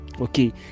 okay